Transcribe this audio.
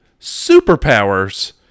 superpowers